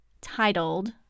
titled